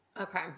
Okay